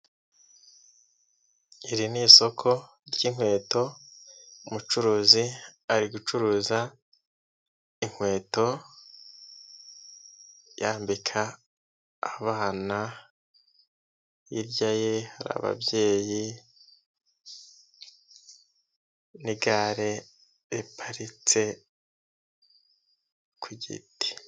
Iri ni isoko ry'inkweto, umucuruzi ari gucuruza inkweto yambika abana, hirya ye hari ababyeyi n'igare riparitse ku giti.